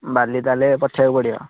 ବାଲି ତା'ହେଲେ ପଠାଇବାକୁ ପଡ଼ିବ